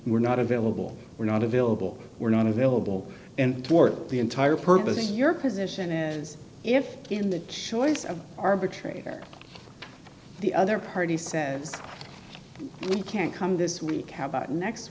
were not available were not available were not available and the entire purpose of your position is if in the choice of arbitrator the other party says we can't come this week how about next